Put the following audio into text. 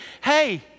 hey